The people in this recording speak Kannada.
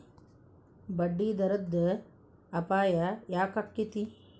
ಬಡ್ಡಿದರದ್ ಅಪಾಯ ಯಾಕಾಕ್ಕೇತಿ?